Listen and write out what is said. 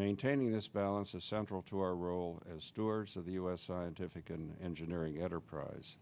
maintaining this balance is central to our role as stewards of the us scientific and engineering enterprise